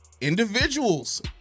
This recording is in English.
individuals